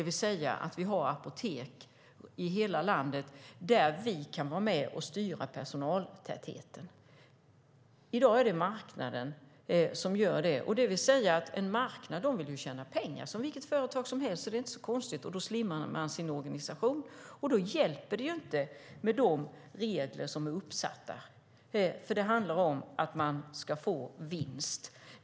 Vi ska kunna vara med och styra personaltätheten på apotek i hela landet. I dag är det marknaden som gör det. Alla företag på marknaden vill tjäna pengar. Det är inte så konstigt. Då slimmar man sin organisation, och då hjälper det inte med de regler som är uppsatta. Det handlar om att man ska få vinst.